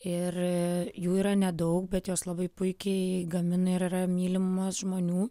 ir jų yra nedaug bet jos labai puikiai gamina ir yra mylimos žmonių